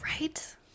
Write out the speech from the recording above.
right